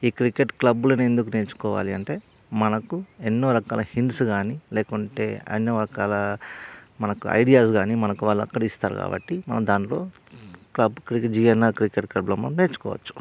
ఈ క్రికెట్ క్లబ్లోనే ఎందుకు నేర్చుకోవాలి అంటే మనకు ఎన్నో రకాల హింట్స్ కానీ లేకుంటే ఎన్నో రకాల మనకు ఐడియాస్ కానీ మనకు వాళ్ళు అక్కడ ఇస్తారు కాబట్టి మనం దాంట్లో క్లబ్ జీఎన్ఆర్ క్రికెట్ క్లబ్లో మనం నేర్చుకోవచ్చు